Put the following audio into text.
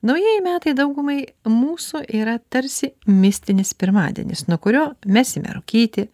naujieji metai daugumai mūsų yra tarsi mistinis pirmadienis nuo kurio mesime rūkyti